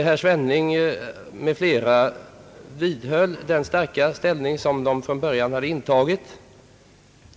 Herr Svenning m.fl. vidhöll den starka ställning, som de från början hade intagit.